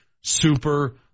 super